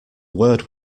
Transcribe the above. word